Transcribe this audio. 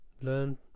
learn